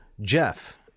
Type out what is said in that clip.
Jeff